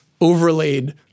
overlaid